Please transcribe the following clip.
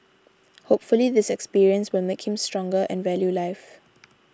hopefully this experience will make him stronger and value life